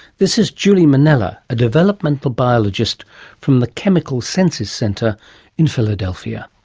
this is julie mannella, a developmental biologist from the chemical senses centre in philadelphia.